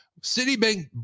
Citibank